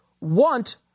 want